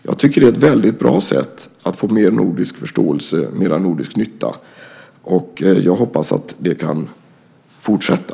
Jag tycker att det är ett mycket bra sätt att få mer nordisk förståelse, mer nordisk nytta, och jag hoppas att det kan fortsätta.